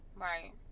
right